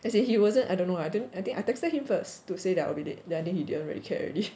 as in he wasn't I don't know I think I texted him first to say that I'll be late then I think he didn't really care already